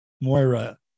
Moira